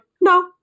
no